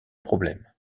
problèmes